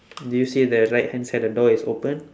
did you see the right hand side the door is open